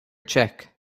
check